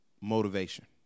motivation